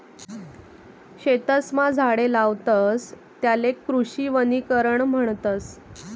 शेतसमा झाडे लावतस त्याले कृषी वनीकरण म्हणतस